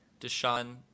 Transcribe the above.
Deshaun